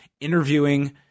interviewing